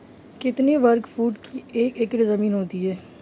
कितने वर्ग फुट की एक एकड़ ज़मीन होती है?